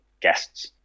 guests